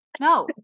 no